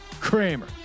Kramer